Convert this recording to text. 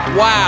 Wow